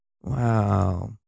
Wow